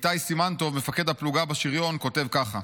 איתי סימן טוב, מפקד הפלוגה בשריון כותב ככה: